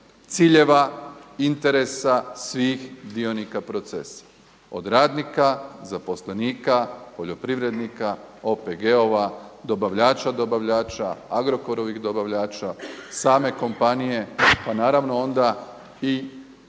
ciljeva, interesa svih dionika procesa od radnika, zaposlenika, poljoprivrednika, OPG-ova, dobavljača dobavljača, Agrokorovih dobavljača, same kompanije, pa naravno onda i